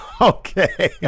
Okay